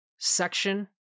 section